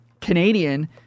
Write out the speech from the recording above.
Canadian